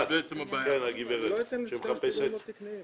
--- לגברת שמחפשת